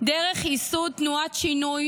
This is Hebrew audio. דרך ייסוד תנועת שינוי,